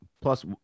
plus